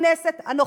הכנסת הנוכחית.